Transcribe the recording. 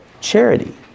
charity